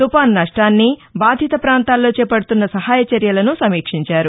తుఫాన్ నష్టాన్ని బాధిత ప్రాంతాల్లో చేపడుతున్న సహాయ చర్యలను సమీక్షించారు